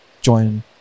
join